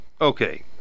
Okay